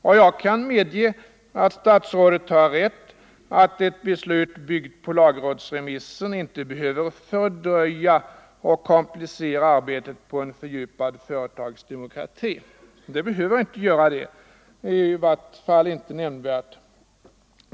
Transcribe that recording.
Och jag medger att statsrådet har rätt när han säger att ett beslut byggt på lagrådsremissen inte behöver fördröja och komplicera arbetet på en fördjupad företagsdemokrati, i vart fall inte nämnvärt.